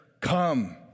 Come